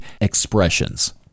expressions